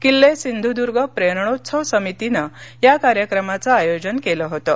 किल्ले सिंधूदुर्ग प्रेरणोत्सव समितीनं या कार्यक्रमाचे आयोजन केलं होतं